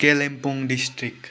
Kalimpong district